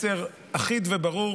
מסר אחיד וברור,